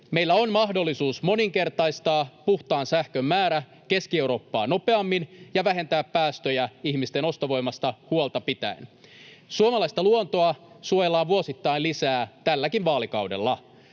Meillä on mahdollisuus moninkertaistaa puhtaan sähkön määrä Keski-Eurooppaa nopeammin ja vähentää päästöjä ihmisten ostovoimasta huolta pitäen. Suomalaista luontoa suojellaan vuosittain lisää tälläkin vaalikaudella.